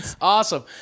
Awesome